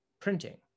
printing